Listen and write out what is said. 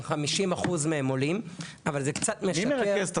50% מהם עולים אבל זה קצת משקר,